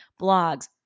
blogs